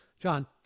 John